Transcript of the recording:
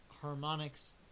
harmonics